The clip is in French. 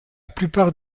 plupart